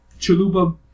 Chalupa